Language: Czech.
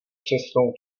přesnou